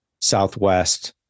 southwest